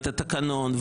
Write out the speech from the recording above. את התקנון,